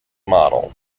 model